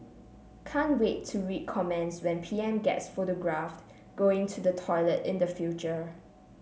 can't wait to read comments when P M gets photographed going to the toilet in the future